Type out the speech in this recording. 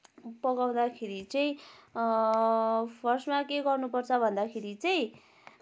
पकाउँदाखेरि चाहिँ फर्स्टमा के गर्नुपर्छ भन्दाखेरि चाहिँ